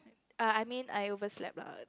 err I mean I overslept lah